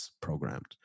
programmed